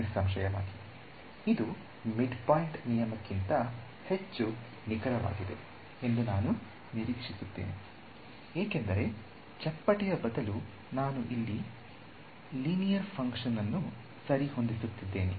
ನಿಸ್ಸಂಶಯವಾಗಿ ಇದು ಮಿಡ್ಪಾಯಿಂಟ್ ನಿಯಮಕ್ಕಿಂತ ಹೆಚ್ಚು ನಿಖರವಾಗಿದೆ ಎಂದು ನಾವು ನಿರೀಕ್ಷಿಸುತ್ತೇವೆ ಏಕೆಂದರೆ ಚಪ್ಪಟೆಯ ಬದಲು ನಾನು ಇಲ್ಲಿ ರೇಖೀಯ ಫಂಕ್ಷನ್ ಆನ್ನು ಸರಿಹೊಂದಿಸುತ್ತಿದ್ದೇನೆ